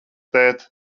tēt